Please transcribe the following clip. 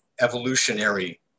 evolutionary